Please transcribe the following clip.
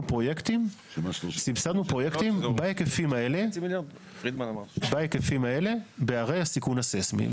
פרויקטים בהיקפים האלה בערי הסיכון הססמי.